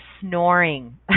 snoring